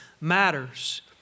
matters